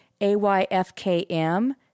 A-Y-F-K-M